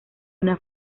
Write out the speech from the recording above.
una